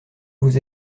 vous